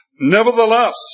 nevertheless